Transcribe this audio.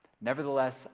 Nevertheless